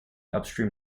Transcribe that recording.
upstream